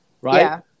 Right